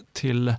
till